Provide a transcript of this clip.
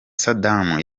saddam